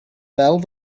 fel